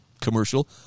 commercial